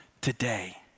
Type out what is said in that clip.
today